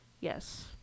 Yes